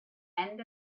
end